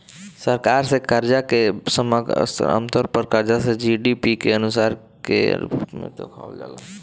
सरकार से कर्जा के समग्र स्तर आमतौर पर कर्ज से जी.डी.पी के अनुपात के रूप में देखावल जाला